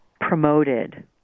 promoted